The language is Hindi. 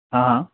हाँ हाँ